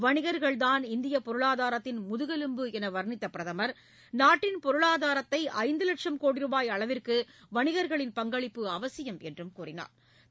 வணிகர்கள்தான் இந்திய பொருளாதாரத்தின் முதுகெலும்பு என்று வர்ணித்த பிரதமர் நாட்டின் பொருளாதாரத்தை ஐந்து லட்சும் கோடி ரூபாய் அளவிற்கு வணிகர்களின் பங்களிப்பு அவசியம் என்றும் தெரிவித்தாா்